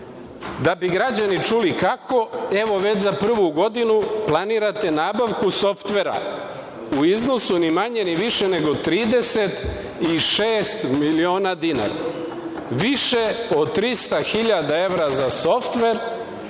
bi građani čuli kako, evo već za prvu godinu planirate nabavku softvera u iznosu ni manje ni više nego 36.000.000 dinara, više od 300.000 evra za softver